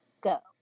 Go